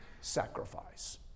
sacrifice